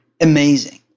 amazing